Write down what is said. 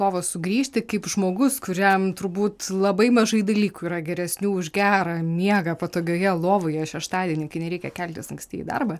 lovos sugrįžti kaip žmogus kuriam turbūt labai mažai dalykų yra geresnių už gerą miegą patogioje lovoje šeštadienį kai nereikia keltis anksti į darbą